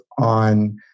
on